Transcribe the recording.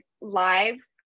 live